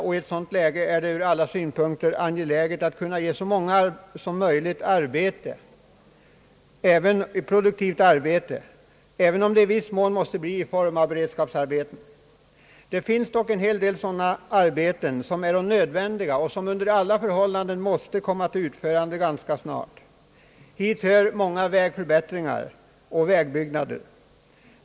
I ett sådant läge är det ur alla synpunkter angeläget att ge så många som möjligt produktivt arbete, även om detta i viss mån måste ske i form av beredskapsarbeten. Det finns dock en hel del sådana arbeten som är nödvändiga och som under alla förhållanden bör komma till utförande ganska snart. Hit hör många vägförbättringar och vägbyggnader.